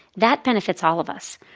that benefits all of us.